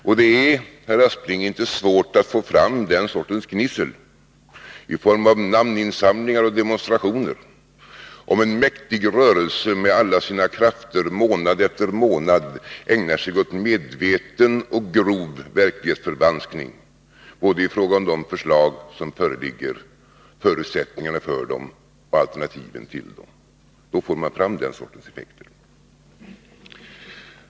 Men det är, herr Aspling, inte svårt att få fram den sortens gnissel i form av namninsamlingar och demonstrationer om en mäktig rörelse med alla sina krafter månad efter månad ägnar sig åt medveten och grov verklighetsför vanskning, i fråga om både de förslag som föreligger, förutsättningarna för dem och alternativen till dem. Då får man fram den sortens effekter.